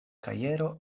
kajero